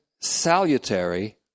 salutary